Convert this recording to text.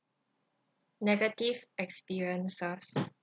negative experiences